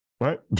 Right